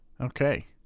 Okay